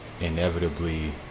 inevitably